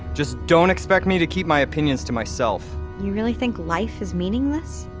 just don't expect me to keep my opinions to myself you really think life is meaningless?